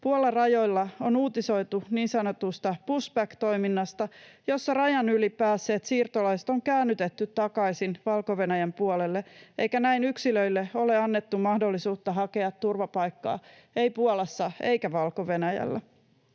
Puolan rajoilla on uutisoitu niin sanotusta pushback-toiminnasta, jossa rajan yli päässeet siirtolaiset on käännytetty takaisin Valko-Venäjän puolelle eikä näin yksilöille ole annettu mahdollisuutta hakea turvapaikkaa, ei Puolassa eikä Valko-Venäjällä.